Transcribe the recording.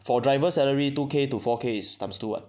for drivers salary two K to four K is times two [what]